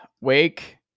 Wake